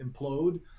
implode